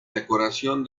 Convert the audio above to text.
decoración